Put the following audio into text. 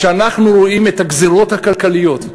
כשאנחנו רואים את הגזירות הכלכליות,